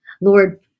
Lord